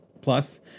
plus